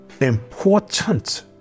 important